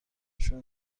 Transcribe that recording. شون